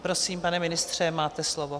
Prosím, pane ministře, máte slovo.